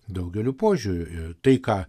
daugeliu požiūriu ir tai ką